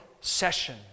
session